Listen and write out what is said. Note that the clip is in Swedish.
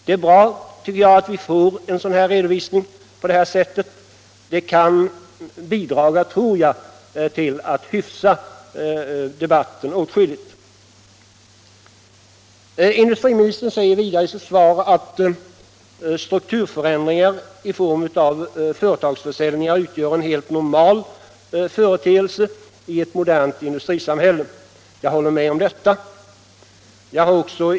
Jag tycker det är bra att vi har fått denna redovisning, som jag tror kan bidra till att hyfsa debatten åtskilligt. Industriministern säger vidare i sitt svar att ”strukturförändringar i form av företagsförsäljningar i och för sig är ett naturligt inslag i ett industrisamhälle av vår typ”. Jag håller med om detta.